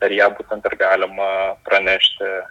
per ją būtent ir galima pranešti